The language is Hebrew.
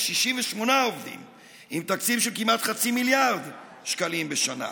יש 68 עובדים עם תקציב של כמעט חצי מיליארד שקלים בשנה.